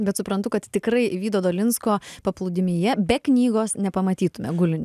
bet suprantu kad tikrai vydo dolinsko paplūdimyje be knygos nepamatytume gulin